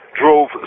...drove